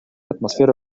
атмосфера